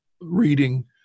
reading